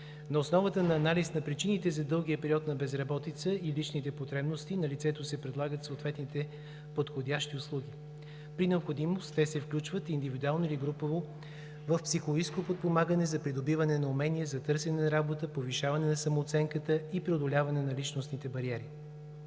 На основата на анализ на причините за дългия период на безработица и личните потребности на лицето се предлагат съответните подходящи услуги. При необходимост те се включват индивидуално или групово в психологическо подпомагане за придобиване на умения за търсене на работа, повишаване на самооценката и преодоляване на личностните бариери.